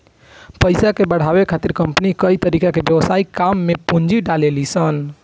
पइसा के बढ़ावे खातिर कंपनी कई तरीका के व्यापारिक काम में पूंजी डलेली सन